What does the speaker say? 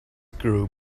group